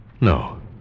No